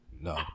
No